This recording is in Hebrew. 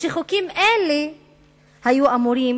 שחוקים אלה היו אמורים